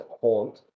haunt